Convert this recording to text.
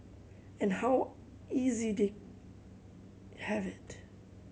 and how easy they have it